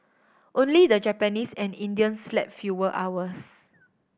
only the Japanese and Indians slept fewer hours